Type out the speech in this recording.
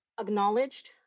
acknowledged